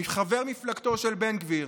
חבר מפלגתו של בן גביר,